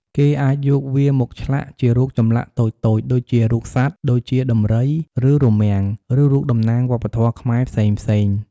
គេអាចយកវាមកឆ្លាក់ជារូបចម្លាក់តូចៗដូចជារូបសត្វ ដូចជាដំរី ឬរមាំង ឬរូបតំណាងវប្បធម៌ខ្មែរផ្សេងៗ។